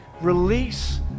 release